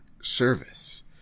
service